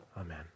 Amen